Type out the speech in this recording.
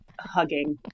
hugging